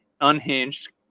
unhinged